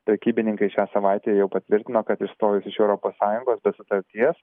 prekybininkai šią savaitę jau patvirtino kad išstojus iš europos sąjungos sutarties